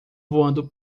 voando